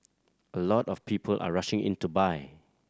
a lot of people are rushing in to buy